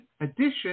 addition